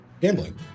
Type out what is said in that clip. Gambling